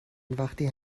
وقتی